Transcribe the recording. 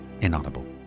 inaudible